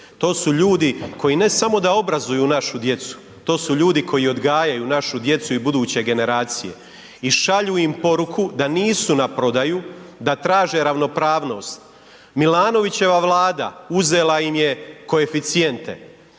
To su ljudi koji ne samo da obrazuju našu djecu, to su ljudi koji odgajaju našu djecu i buduće generacije. I šalju im poruku da nisu na prodaju, da traže ravnopravnost. Milanovićeva Vlada uzela im je koeficijente.